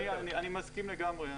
אדוני, אני מסכים לגמרי.